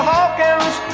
Hawkins